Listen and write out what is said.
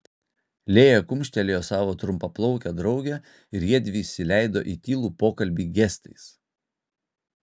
lėja kumštelėjo savo trumpaplaukę draugę ir jiedvi įsileido į tylų pokalbį gestais